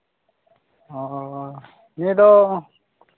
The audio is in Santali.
ᱚᱻ ᱱᱤᱭᱟᱹ ᱫᱚ